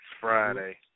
Friday